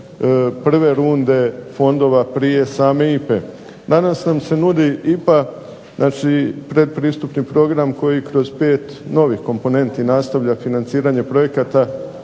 prve runde fondova prije same IPA-e. Danas nam se nudi IPA, znači pretpristupni program koji kroz 5 novih komponenti nastavlja financiranje projekata